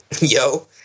yo